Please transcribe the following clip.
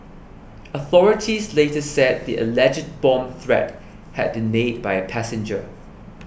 authorities later said the alleged bomb threat had been made by a passenger